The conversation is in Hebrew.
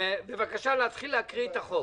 בבקשה להתחיל להקריא את החוק.